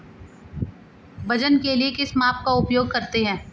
वजन के लिए किस माप का उपयोग करते हैं?